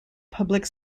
public